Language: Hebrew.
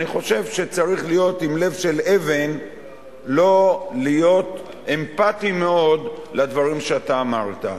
אני חושב שצריך להיות עם לב של אבן לא להיות אמפתי מאוד לדברים שאמרת.